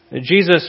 Jesus